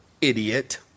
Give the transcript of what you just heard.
idiot